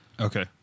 Okay